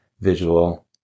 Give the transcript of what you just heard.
visual